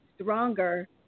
stronger